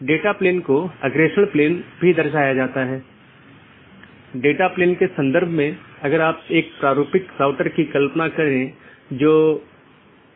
यहाँ दो प्रकार के पड़ोसी हो सकते हैं एक ऑटॉनमस सिस्टमों के भीतर के पड़ोसी और दूसरा ऑटॉनमस सिस्टमों के पड़ोसी